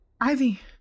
Ivy